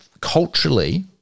culturally